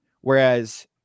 Whereas